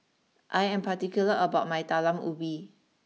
I am particular about my Talam Ubi